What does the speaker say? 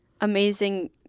amazing